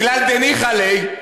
מכלל דניחא ליה,